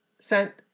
sent